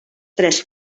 tres